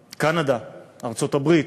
קנדה, ארצות-הברית,